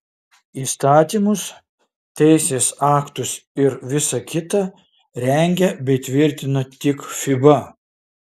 įstatymus teisės aktus ir visa kita rengia bei tvirtina tik fiba